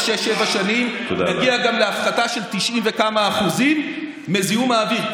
בתוך שש-שבע שנים נגיע גם להפחתה של 90% וכמה מזיהום האוויר.